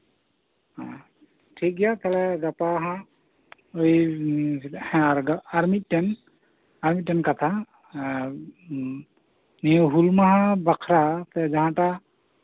ᱦᱮᱸᱜ ᱴᱷᱤᱠᱜᱮᱭᱟ ᱛᱟᱞᱦᱮ ᱜᱟᱯᱟ ᱦᱟᱸᱜ ᱩᱸ ᱦᱮᱸ ᱟᱨ ᱢᱤᱫᱴᱮᱱ ᱟᱨ ᱢᱤᱫᱴᱮᱱ ᱠᱟᱛᱷᱟ ᱮᱸᱜ ᱱᱤᱭᱟᱹ ᱦᱩᱞᱢᱟᱦᱟ ᱵᱟᱠᱷᱨᱟᱛᱮ ᱡᱟᱦᱟᱸᱴᱟᱜ